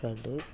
षड्